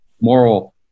moral